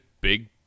big